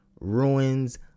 ruins